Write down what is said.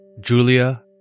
Julia